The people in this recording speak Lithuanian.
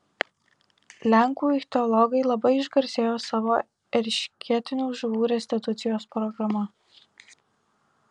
lenkų ichtiologai labai išgarsėjo savo eršketinių žuvų restitucijos programa